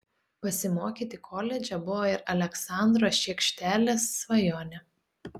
pasimokyti koledže buvo ir aleksandro šiekštelės svajonė